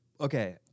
Okay